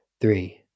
three